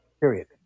period